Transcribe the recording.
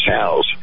house